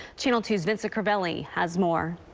channel two's vincent crivelli has more.